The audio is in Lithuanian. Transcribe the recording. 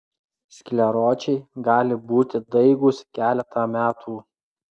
skleročiai gali būti daigūs keletą metų